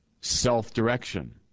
self-direction